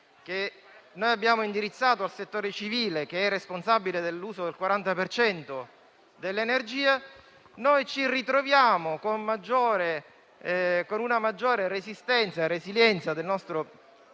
che abbiamo indirizzato al settore civile, che è responsabile dell'uso del 40 per cento dell'energia, ci ritroviamo con maggiore resistenza e resilienza del nostro sistema